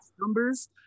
numbers